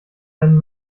einen